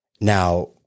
Now